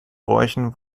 bräuchen